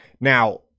now